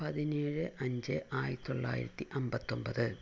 പതിനേഴ് അഞ്ച് ആയിരത്തി തൊള്ളായിരത്തി അമ്പത്തൊമ്പത്